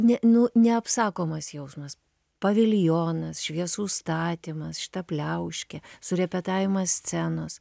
ne nu neapsakomas jausmas paviljonas šviesų statymas šita pliauškė surepetavimas scenos